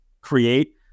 create